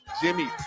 Jimmy